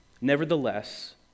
Nevertheless